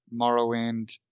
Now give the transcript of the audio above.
Morrowind